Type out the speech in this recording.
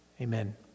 Amen